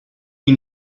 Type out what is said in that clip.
ihn